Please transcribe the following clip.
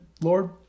Lord